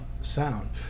sound